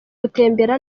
gutembera